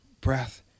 breath